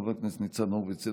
חבר הכנסת ניצן הורוביץ,